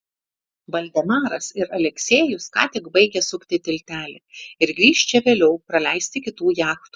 valdemaras ir aleksejus ką tik baigė sukti tiltelį ir grįš čia vėliau praleisti kitų jachtų